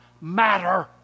matter